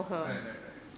right right right